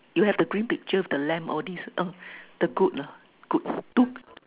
you have the green picture with the lamp all this uh the good lah good two